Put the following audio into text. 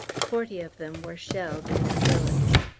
forty of them were shelled in their billets.